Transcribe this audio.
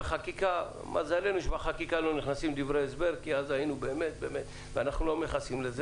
בחקיקה לא נכנסים דברי ההסבר אז זה לא רלבנטי.